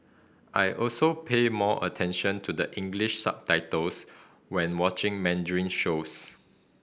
I also pay more attention to the English subtitles when watching Mandarin shows